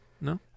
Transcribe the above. No